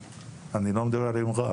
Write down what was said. אני לא מדבר על העיר מרר,